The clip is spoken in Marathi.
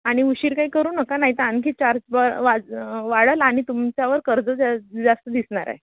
आणि उशीर काही करू नका नाही तर आणखी चार्ज बरं व्याज वाढेल आणि तुमच्यावर कर्ज जा जास्त दिसणार आहे